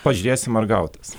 pažiūrėsim ar gautas